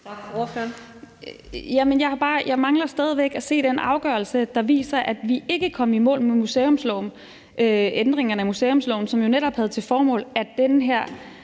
Stampe (RV): Jamen jeg mangler bare stadig væk at se den afgørelse, der viser, at vi ikke kom i mål med ændringen af museumsloven, som jo netop havde til formål, at det her